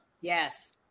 Yes